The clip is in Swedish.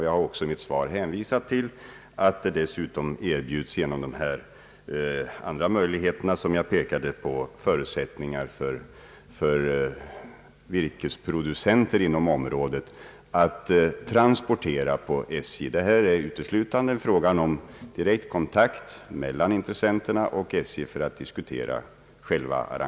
Jag har också i mitt svar hänvisat till andra möjligheter, genom vilka skogsbruket inom området kan erbjudas transportmöjligheter vid SJ. Det är en fråga som intressenterna kan ta direkt kontakt med SJ för att diskutera.